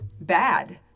bad